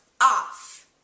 off